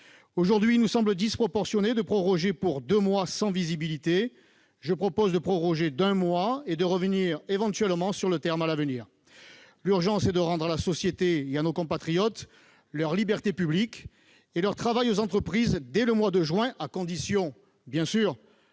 Aujourd'hui, il nous semble disproportionné de proroger pour deux mois, sans visibilité. Je propose de proroger d'un mois et de revenir, le cas échéant, sur le terme prévu. L'urgence est de rendre à la société et à nos compatriotes leurs libertés publiques et aux entreprises leur travail dès le mois de juin, à condition, bien